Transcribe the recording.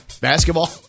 Basketball